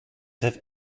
have